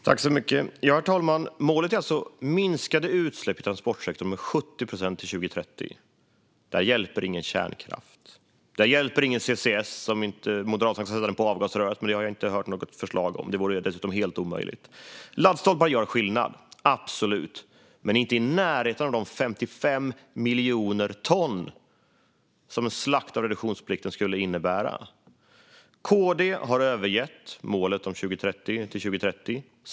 Herr talman! Målet är alltså minskade utsläpp i transportsektorn med 70 procent till 2030. Där hjälper ingen kärnkraft. Där hjälper ingen CCS heller, om inte Moderaterna kan sätta den på avgasröret, men det har jag inte hört något förslag om. Det vore dessutom helt omöjligt. Laddstolpar gör absolut skillnad, men det är inte i närheten av de 55 miljoner ton som en slakt av reduktionsplikten skulle innebära. KD har övergett målet till 2030.